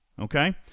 Okay